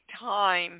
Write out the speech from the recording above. time